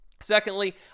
Secondly